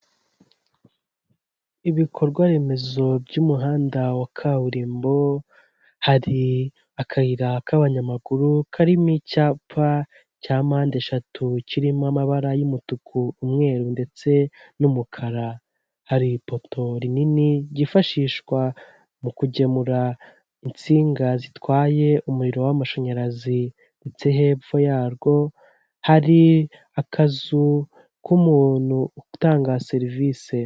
Ibikorwa remezo by'umuhanda wa kaburimbo hari akayira k'abanyamaguru karimo icyapa cya mpande eshatu kirimo amabara y'umutuku umweru ndetse n'umukara hari ipoto rinini ryifashishwa mu kugemura insinga zitwaye umuriro w'amashanyarazi ndetse hepfo yarwo hari akazu k'umuntu utanga serivisi.